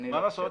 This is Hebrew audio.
מה לעשות?